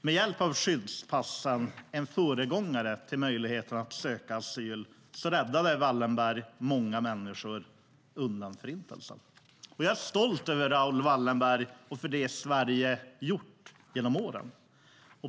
Med hjälp av skyddspassen - en föregångare till möjligheten att söka asyl - räddade Wallenberg många människor undan Förintelsen. Jag är stolt över Raoul Wallenberg och över det som Sverige har gjort genom åren.